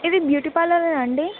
ఇది బ్యూటీ పార్లరేనా అండి